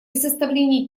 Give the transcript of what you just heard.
составлении